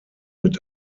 mit